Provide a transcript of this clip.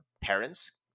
parents